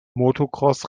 motocross